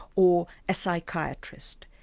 or a psychiatrist.